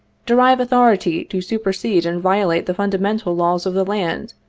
derive authority to supersede and violate the fundamen tal laws of the land,